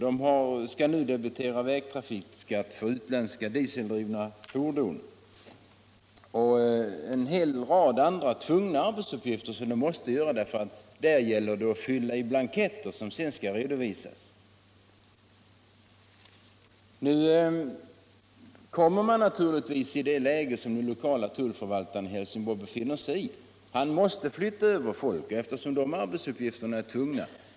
Den skall debitera vägtrafikskatt för utländska dieseldrivna fordon samt utföra en hel del andra arbetsuppgifter där det gäller att fylla i blanketter som sedan skall redovisas. Då kommer man naturligtvis i ett sådant läge som den lokale tullförvaltaren i Helsingborg befinner sig i. Han måste flytta över folk eftersom dessa arbetsuppgifter är tunga.